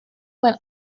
went